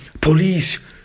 police